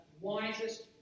wisest